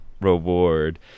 reward